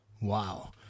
Wow